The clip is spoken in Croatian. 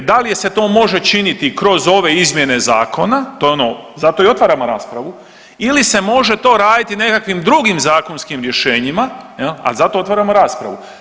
E, da li je se to može činiti kroz ove izmjene zakona, to je ono, zato i otvaramo raspravu ili se može to raditi nekakvim drugim zakonskim rješenjima, ali zato otvaramo raspravu.